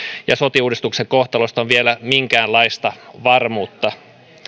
ja sote uudistuksen kohtalosta on vielä minkäänlaista varmuutta